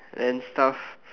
and stuff